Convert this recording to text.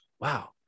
wow